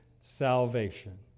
salvation